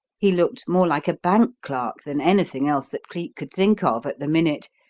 he looked more like a bank clerk than anything else that cleek could think of at the minute,